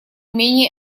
менее